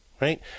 right